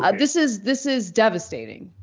ah this is this is devastating.